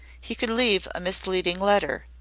he could leave a misleading letter.